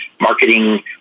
marketing